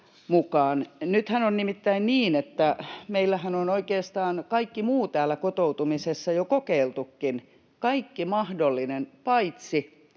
Nythän on nimittäin niin, että meillähän on oikeastaan kaikki muu täällä kotoutumisessa jo kokeiltukin, kaikki mahdollinen paitsi